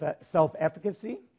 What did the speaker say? self-efficacy